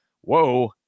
Whoa